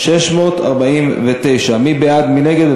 על